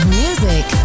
music